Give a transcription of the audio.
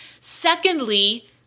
Secondly